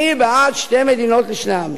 אני בעד שתי מדינות לשני עמים.